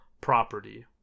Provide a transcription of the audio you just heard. property